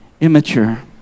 immature